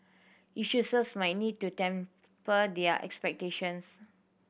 issuers might need to temper their expectations